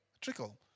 Trickle